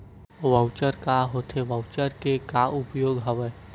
Voucher का होथे voucher के का उपयोग हवय?